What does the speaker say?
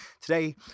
today